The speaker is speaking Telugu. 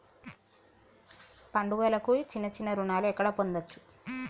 పండుగలకు చిన్న చిన్న రుణాలు ఎక్కడ పొందచ్చు?